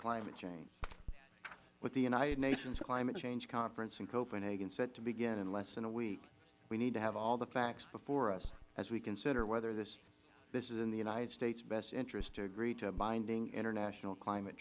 climate change with the united nations climate change conference in copenhagen set to begin in less than a week we need to have all the facts before us as we consider whether this is in the united states best interests to agree to a binding international climate